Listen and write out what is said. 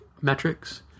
metrics